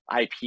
IP